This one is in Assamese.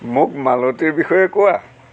মোক মালতীৰ বিষয়ে কোৱা